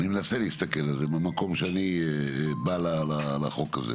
אני מנסה להסתכל על זה מהמקום שאני בא לחוק הזה.